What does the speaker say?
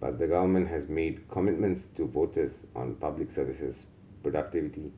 but the government has made commitments to voters on public services productivity